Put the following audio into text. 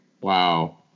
Wow